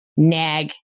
nag